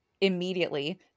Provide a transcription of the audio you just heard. immediately